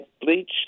bleach